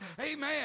Amen